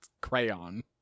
crayon